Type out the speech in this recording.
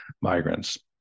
migrants